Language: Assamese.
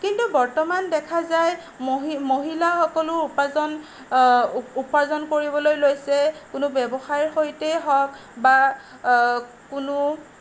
কিন্তু বৰ্তমান দেখা যায় মহিলা মহিলাসকলো উপাৰ্জন উপাৰ্জন কৰিবলৈ লৈছে কোনো ব্যৱসায়ৰ সৈতে হওক বা কোনো